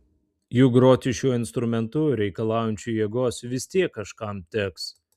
juk groti šiuo instrumentu reikalaujančiu jėgos vis tiek kažkam teks